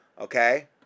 okay